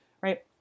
right